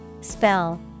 Spell